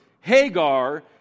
Hagar